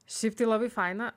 šiaip tai labai faina